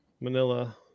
Manila